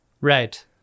Right